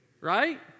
Right